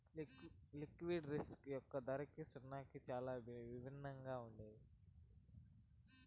liquidity risk యొక్క ధరకి సున్నాకి చాలా భిన్నంగా ఉంటుంది